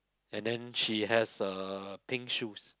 and then she has uh pink shoes